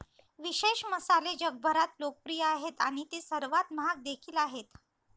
विशेष मसाले जगभरात लोकप्रिय आहेत आणि ते सर्वात महाग देखील आहेत